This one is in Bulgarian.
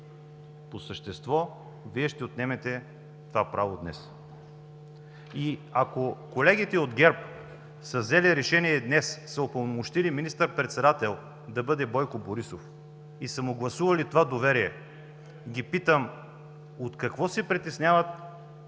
По същество Вие ще отнемете това право днес. Ако колегите от ГЕРБ са взели решение – днес са упълномощили министър-председател да бъде Бойко Борисов и са му гласували това доверие, ги питам: от какво се притесняват